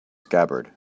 scabbard